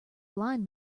blind